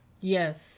Yes